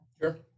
Sure